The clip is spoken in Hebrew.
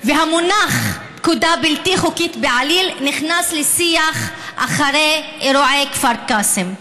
והמונח פקודה בלתי חוקית בעליל נכנס לשיח אחרי אירועי כפר קאסם,